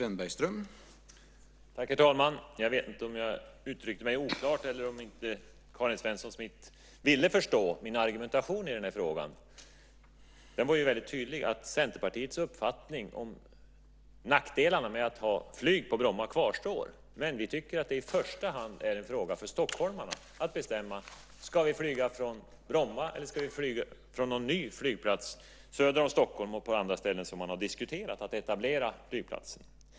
Herr talman! Jag vet inte om jag uttryckte mig oklart eller om Karin Svensson Smith inte ville förstå min argumentation i frågan. Den var väldigt tydlig. Centerpartiets uppfattning om nackdelarna med att ha flyg på Bromma kvarstår. Vi tycker att det i första hand är en fråga för stockholmarna att bestämma: Ska vi flyga från Bromma eller ska vi flyga från någon ny flygplats söder om Stockholm och på andra ställen som man har diskuterat att etablera flygplatsen?